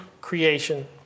creation